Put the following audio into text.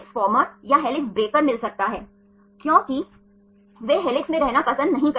तो अब आपके पास एक मुख्य श्रृंखला हो सकती है जो मुख्य श्रृंखला के गठन को लिखती है सही